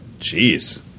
Jeez